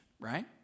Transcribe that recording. right